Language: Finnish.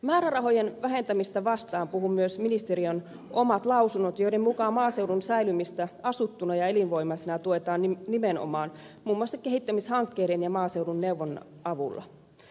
määrärahojen vähentämistä vastaan puhuvat myös ministeriön omat lausunnot joiden mukaan maaseudun säilymistä asuttuna ja elinvoimaisena tuetaan nimenomaan muun muassa kehittämishankkeiden ja maaseudun neuvonnan avulla